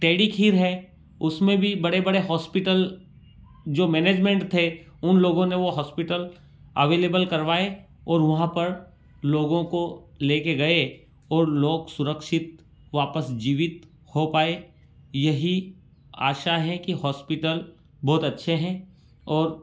टेढ़ी खीर है उसमें भी बड़े बड़े हॉस्पिटल जो मैनेजमेंट थे उन लोगों ने वो हॉस्पिटल अवेलेबल करवाए और वहाँ पर लोगों को लेकर गए और लोग सुरक्षित वापस जीवित हो पाए यही आशा है कि हॉस्पिटल बहुत अच्छे हैं और